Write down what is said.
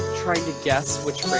trying to guess which